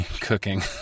cooking